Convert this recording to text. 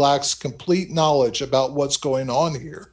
lacks complete knowledge about what's going on here